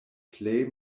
plej